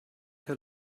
her